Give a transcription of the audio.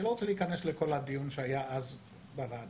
אני לא רוצה להיכנס לכל הדיון שהיה אז בוועדה.